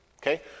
Okay